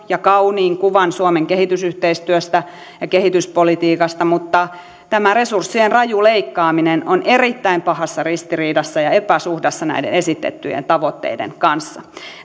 ja kauniin kuvan suomen kehitysyhteistyöstä ja kehityspolitiikasta mutta tämä resurssien raju leikkaaminen on erittäin pahassa ristiriidassa ja epäsuhdassa näiden esitettyjen tavoitteiden kanssa